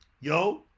yo